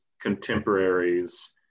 contemporaries